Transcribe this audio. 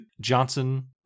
Johnson